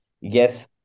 Yes